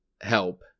help